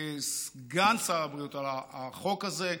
סגן שר הבריאות, על החוק הזה.